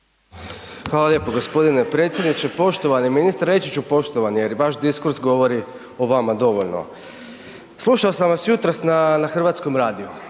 Hvala lijepo gospodine predsjedniče. Poštovani ministre, reći ću poštovani jer vaš diskurs govori o vama dovoljno. Slušao sam vas jutros na hrvatskom radiju